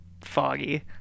foggy